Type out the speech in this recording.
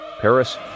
Paris